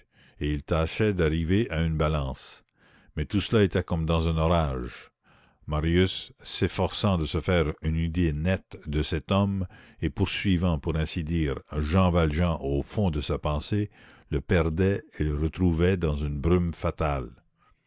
et il tâchait d'arriver à une balance mais tout cela était comme dans un orage marius s'efforçant de se faire une idée nette de cet homme et poursuivant pour ainsi dire jean valjean au fond de sa pensée le perdait et le retrouvait dans une brume fatale